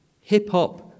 hip-hop